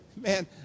man